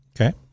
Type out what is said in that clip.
Okay